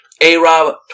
A-Rob